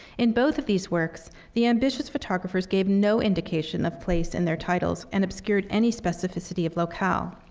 in both of these works, the ambitious photographers gave no indication of place in their titles and obscured any specificity of locale.